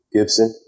Gibson